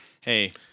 Hey